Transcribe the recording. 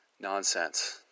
Nonsense